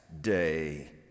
day